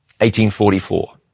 1844